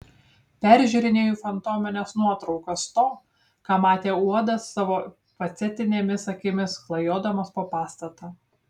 peržiūrinėju fantomines nuotraukas to ką matė uodas savo facetinėmis akimis klajodamas po pastatą